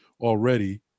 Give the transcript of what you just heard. already